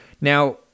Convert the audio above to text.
Now